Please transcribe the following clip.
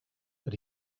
but